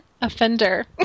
Offender